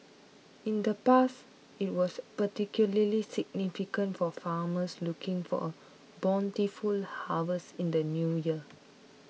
in the past it was particularly significant for farmers looking for a bountiful harvest in the New Year